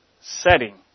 setting